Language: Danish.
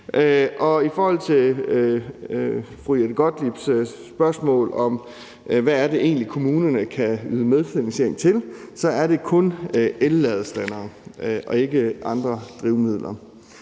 I forhold til fru Jette Gottliebs spørgsmål om, hvad det egentlig er, kommunerne kan yde medfinansiering til, vil jeg sige, at det kun gælder elladestandere og ikke andre drivmidler.